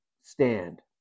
stand